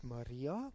Maria